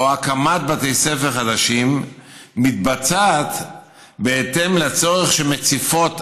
או הקמת בתי ספר חדשים מתבצעת בהתאם לצורך שמציפות